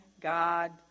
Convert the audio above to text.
God